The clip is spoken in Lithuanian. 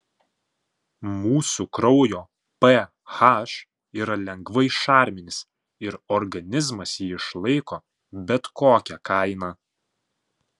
mūsų kraujo ph yra lengvai šarminis ir organizmas jį išlaiko bet kokia kaina